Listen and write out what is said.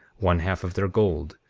one half of their gold,